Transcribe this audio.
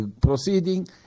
proceeding